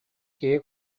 киһи